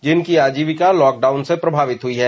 जिनकी आजिवीका लॉकडाउन से प्रभावित हुई है